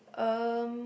um